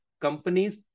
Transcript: companies